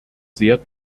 sehr